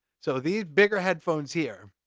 so these bigger headphones here,